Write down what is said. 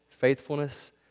faithfulness